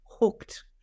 hooked